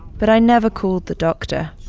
but i never called the doctor.